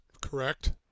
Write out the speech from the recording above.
correct